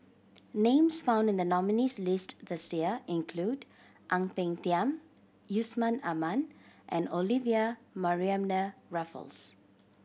names found in the nominees' list this year include Ang Peng Tiam Yusman Aman and Olivia Mariamne Raffles